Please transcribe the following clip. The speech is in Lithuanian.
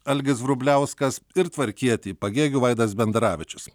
algis vrubliauskas ir tvarkietį pagėgių vaidas bendaravičius